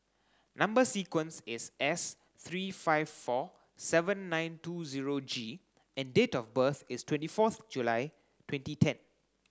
Number sequence is S three five four seven nine two zero G and date of birth is twenty fourth July twenty ten